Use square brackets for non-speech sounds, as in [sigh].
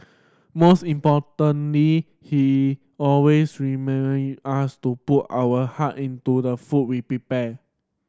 most importantly he always [unintelligible] us to put our heart into the food we prepare